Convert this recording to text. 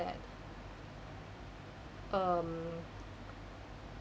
that um